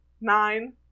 nine